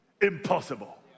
impossible